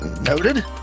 Noted